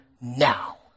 now